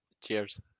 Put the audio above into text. Cheers